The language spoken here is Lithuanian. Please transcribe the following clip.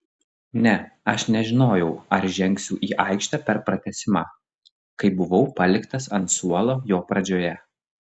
ne aš nežinojau ar žengsiu į aikštę per pratęsimą kai buvau paliktas ant suolo jo pradžioje